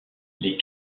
les